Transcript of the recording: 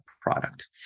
product